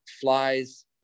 flies